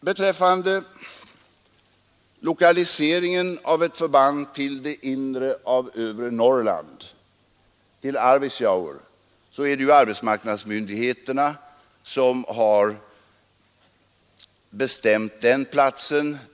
Beträffande lokaliseringen till Arvidsjaur av ett förband som skulle flyttas till det inre av övre Norrland vill jag säga att det är arbetsmarknadsmyndigheterna som har bestämt platsen.